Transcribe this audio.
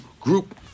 group